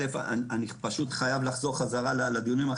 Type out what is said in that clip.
אני חייב לחזור חזרה לדיונים,